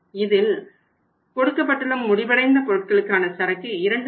இதில் கொடுக்கப்பட்டுள்ள முடிவடைந்த பொருட்களுக்கான சரக்கு 2